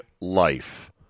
life